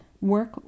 work